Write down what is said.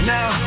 Now